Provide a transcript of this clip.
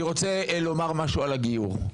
אני רוצה לומר משהו על הגיור.